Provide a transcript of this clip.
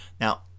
now